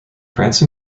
france